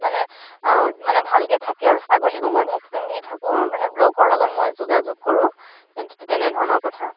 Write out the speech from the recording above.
মানে মানে ভালকে থাকে আৰু ছাগলীকো মই ভেকচিন দি থাকোঁ মানে ব্লকৰ লগত মই যোগাযোগ কৰোঁ তেনেধৰণৰ কথা